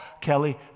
Kelly